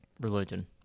religion